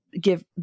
give